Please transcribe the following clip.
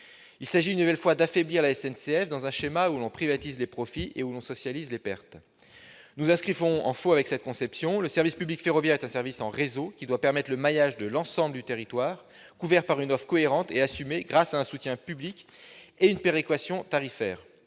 Il s'agit, une nouvelle fois, d'affaiblir la SNCF, selon un schéma où l'on privatise les profits et où l'on socialise les pertes. Nous nous inscrivons en faux contre cette conception. Le service public ferroviaire est un service en réseau qui doit permettre le maillage de l'ensemble du territoire, assuré par une offre cohérente et financé grâce à un soutien public et une péréquation tarifaire.